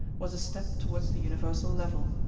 was a step towards the universal level.